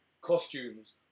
costumes